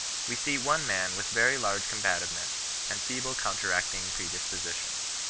we see one man with very large combativeness and feeble counteracting predispositions.